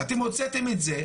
אתם הוצאתם את זה,